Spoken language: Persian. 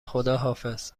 خداحافظ